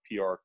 PR